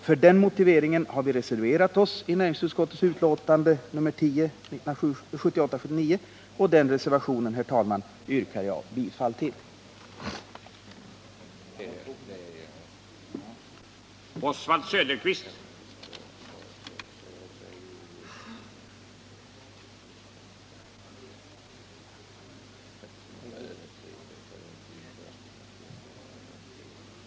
För den motiveringen har vi reserverat oss i näringsutskottets betänkande 1978/79:10. Herr talman! Jag yrkar bifall till vår reservation.